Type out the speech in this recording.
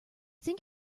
think